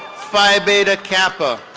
phi beta kappa.